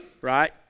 right